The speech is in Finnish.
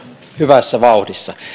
hyvässä vauhdissa